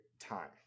time